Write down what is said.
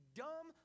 dumb